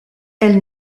elle